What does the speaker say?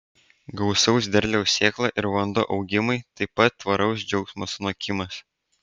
gausaus derliaus sėkla ir vanduo augimui taip pat tvaraus džiaugsmo sunokimas